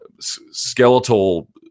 skeletal